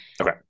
Okay